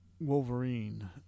Wolverine